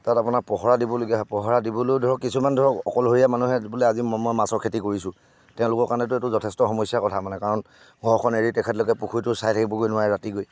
তাত আপোনাৰ পহৰা দিবলগীয়া হয় পহৰা দিবলৈও ধৰক কিছুমান ধৰক অকলশৰীয়া মানুহে বোলে আজি মোৰ মাছৰ খেতি কৰিছোঁ তেওঁলোকৰ কাৰণেতো এইটো যথেষ্ট সমস্যাৰ কথা মানে কাৰণ ঘৰখন এৰি তেখেতলোকে পুখুৰীটো চাই থাকিবগৈ নোৱাৰে ৰাতি গৈ